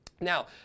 Now